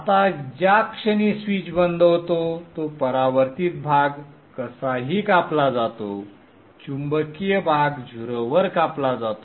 आता ज्या क्षणी स्विच बंद होतो तो परावर्तित भाग कसाही कापला जातो चुंबकीय भाग 0 वर कापला जातो